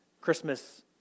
Christmas